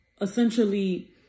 essentially